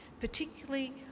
particularly